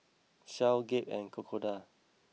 Shell Gap and Crocodile